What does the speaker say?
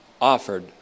offered